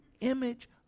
image